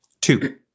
Two